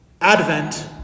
Advent